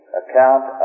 account